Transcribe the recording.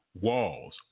walls